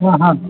ಹಾಂ ಹಾಂ